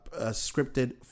scripted